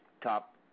top